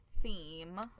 theme